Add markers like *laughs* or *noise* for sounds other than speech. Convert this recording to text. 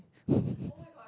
*laughs*